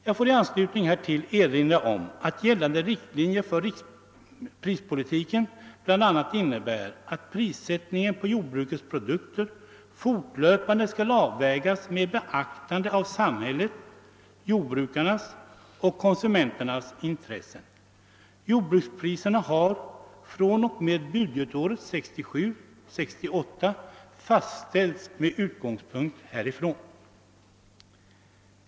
Jag får i anslutning härtill erinra om att gällande riktlinjer för prispolitiken bland annat innebär att prissättningen på jordbrukets produkter fortlöpande skall avvägas med beaktande av samhällets, jordbrukarnas och konsumen ternas intressen. Jordbrukspriserna har från och med budgetåret 1967/68 fastställts med utgångspunkt häri.